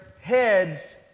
heads